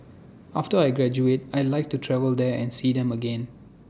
after I graduate I'd like to travel there and see them again